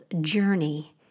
Journey